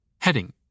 Heading –